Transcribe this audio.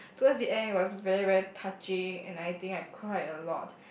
towards the end it was very very touching and I think I cried a lot